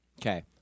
Okay